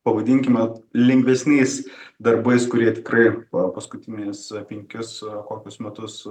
pavadinkime lengvesniais darbais kurie tikrai po paskutinis penkis kokius metus